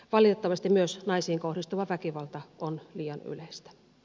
valitettavasti myös naisiin kohdistuva väkivalta on liian yleistä